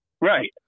Right